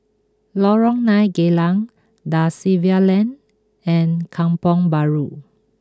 Lorong nine Geylang Da Silva Lane and Kampong Bahru